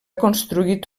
construït